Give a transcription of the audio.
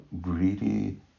greedy